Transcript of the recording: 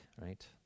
right